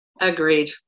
Agreed